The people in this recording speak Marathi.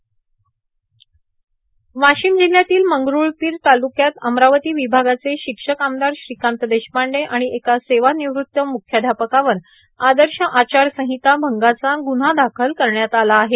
वार्गाशम जिल्ह्यातील मंगरुर्ळापर तालुक्यात अमरावती र्वभागाचे र्शिक्षक आमदार श्रीकांत देशपांडे आर्गण एका सेवा र्गिनवृत्त म्रख्याध्यापकावर आदश आचारसोहता भंगाचा गुन्हा दाखल करण्यात आला आहे